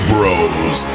Bros